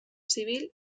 civil